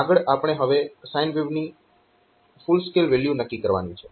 તો આગળ આપણે હવે સાઈન વેવની ફુલ સ્કેલ વેલ્યુ નક્કી કરવાની છે